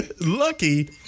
Lucky